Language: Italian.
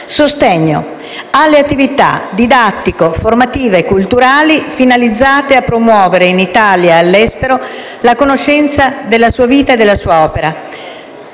sostegno ad attività didattico-formative e culturali finalizzate a promuovere, in Italia e all'estero, la conoscenza della sua vita e della sua opera;